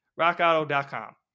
RockAuto.com